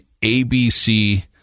ABC